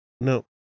no